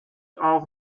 auch